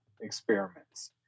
experiments